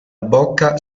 bocca